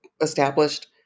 established